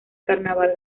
carnaval